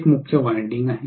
एक मुख्य वायंडिंग आहे